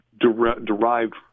derived